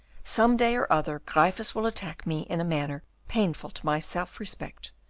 some day or other gryphus will attack me in a manner painful to my self-respect,